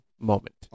moment